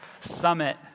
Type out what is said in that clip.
summit